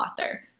author